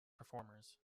performers